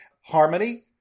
Harmony